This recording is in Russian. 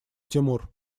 тимур